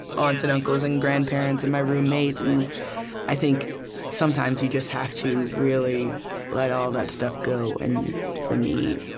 aunts and uncles and grandparents and my roommate, and i think sometimes you just have to really let all of that stuff go. and for me,